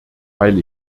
weil